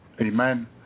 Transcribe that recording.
Amen